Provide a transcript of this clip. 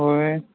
হয়